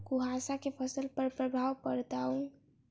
कुहासा केँ फसल पर प्रभाव बताउ?